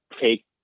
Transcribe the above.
take